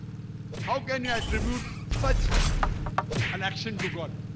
how can you attribute such an action to god